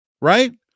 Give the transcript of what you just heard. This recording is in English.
right